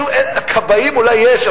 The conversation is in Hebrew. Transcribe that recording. כבאים אולי יש,